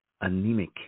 Anemic